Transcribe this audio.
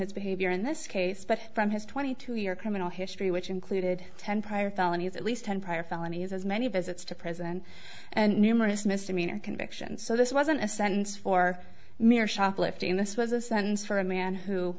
his behavior in this case but from his twenty two year criminal history which included ten prior felonies at least ten prior felonies as many visits to prison and numerous misdemeanor convictions so this wasn't a sentence for mere shoplifting this was a sentence for a man who